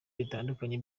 bitandukanye